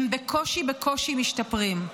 הם בקושי בקושי משתפרים.